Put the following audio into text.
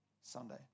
Sunday